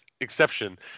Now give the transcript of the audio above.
exception